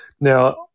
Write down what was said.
Now